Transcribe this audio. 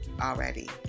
already